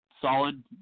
solid